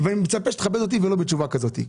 ומצפה שתכבד אותי ולא בתשובה כזאת.